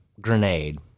grenade